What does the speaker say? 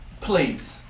Please